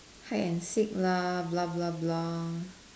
hide and seek lah blah blah blah